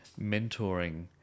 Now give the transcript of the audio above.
mentoring